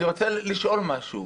אני רוצה לשאול משהו.